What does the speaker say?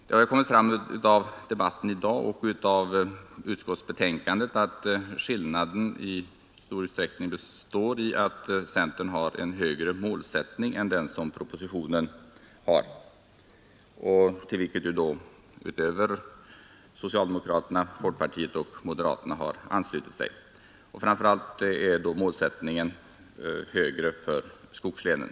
Det har kommit fram av debatten i dag och av utskottsbetänkandet att skillnaden i uppfattning i stor utsträckning består i att centern har en högre målsättning än propositionen — till vilken, utöver socialdemokraterna, folkpartister och moderater har anslutit sig. Centerns målsättning är högre framför allt när det gäller skogslänen.